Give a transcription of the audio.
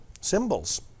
symbols